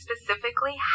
specifically